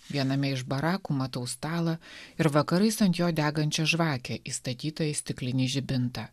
viename iš barakų matau stalą ir vakarais ant jo degančią žvakę įstatytą į stiklinį žibintą